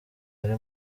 iri